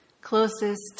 closest